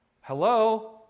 Hello